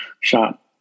shot